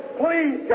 please